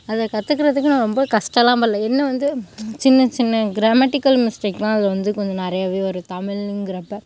அதை கற்றுக்கிறதுக்கு நான் ரொம்ப கஷ்டமெலாம் படல என்ன வந்து சின்ன சின்ன கிராமெட்டிக்கல் மிஸ்டேக் தான் அதில் வந்து கொஞ்சம் நிறையாவே வரும் தமிழுங்கிறப்போ